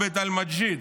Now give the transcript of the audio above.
עבד אל-מג'יד,